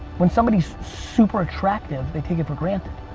when somebody's super attractive, they take it for granted.